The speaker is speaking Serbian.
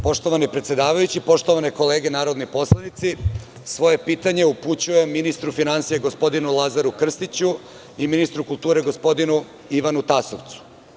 Poštovani predsedavajući, poštovane kolege narodni poslanici svoje pitanje upućujem ministru finansija gospodinu Lazaru Krstiću i ministru kulture gospodinu Ivanu Tasovcu.